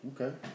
Okay